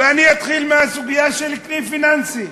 ואני אתחיל מהסוגיה של כלי פיננסי.